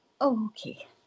okay